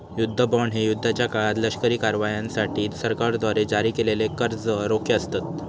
युद्ध बॉण्ड हे युद्धाच्या काळात लष्करी कारवायांसाठी सरकारद्वारे जारी केलेले कर्ज रोखे असतत